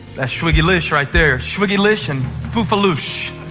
that's shwiggylish right there, shwiggylish and fufuloosh.